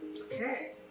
Okay